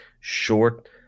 Short